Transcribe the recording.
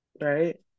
right